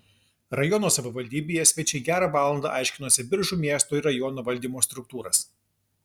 rajono savivaldybėje svečiai gerą valandą aiškinosi biržų miesto ir rajono valdymo struktūras